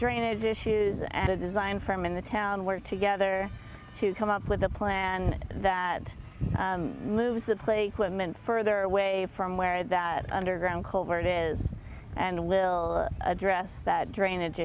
drainage issues and a design firm in the town where together to come up with a plan that moves the plate women further away from where that underground coal where it is and we'll address that drainage